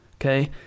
okay